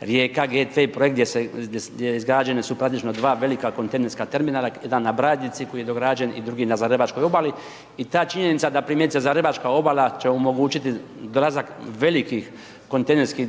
Rijeka GT projekt gdje se izgrađene su praktično dva velika kontejnerska terminala, jedan na Brajdici, koji je dograđen i drugi na .../nerazumljivo/... obali i ta činjenica, da primjerice .../nerazumljivo/... obala će omogućiti dolazak velikih kontejnerskih